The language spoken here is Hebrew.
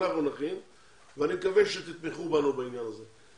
אנחנו נכין אותה ואני מקווה שתתמכו בנו בעניין הזה.